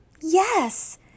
Yes